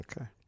Okay